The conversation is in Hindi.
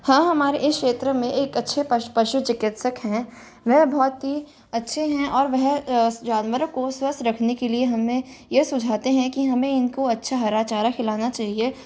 हाँ हमारे इस क्षेत्र में एक अच्छे पश पशु चिकित्सक हैं वह बहुत ही अच्छे हैं और वह जानवरों को स्वस्थ रखने के लिए हमें यह सुझाते हैं की हमें इनको अच्छा हरा चारा खिलाना चाहिए